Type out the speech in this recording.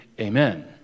Amen